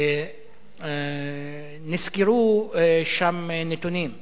נסקרו שם נתונים,